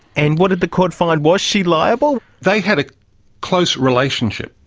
and what did the court find? was she liable? they had a close relationship,